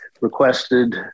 requested